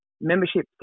membership